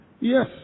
yes